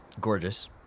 gorgeous